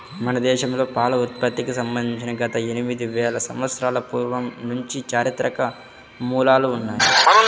మన దేశంలో పాల ఉత్పత్తికి సంబంధించి గత ఎనిమిది వేల సంవత్సరాల పూర్వం నుంచి చారిత్రక మూలాలు ఉన్నాయి